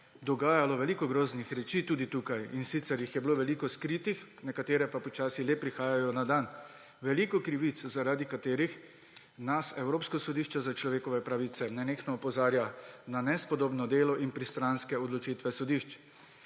dogajalo veliko groznih reči, tudi tukaj. In sicer jih je bilo veliko skritih, nekatere pa počasi le prihajajo na dan. Veliko krivic, zaradi katerih nas Evropsko sodišče za človekove pravice nenehno opozarja na nespodobno delo in pristranske odločitve sodišč.